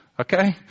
okay